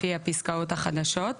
לפי הפסקאות החדשות,